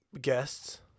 guests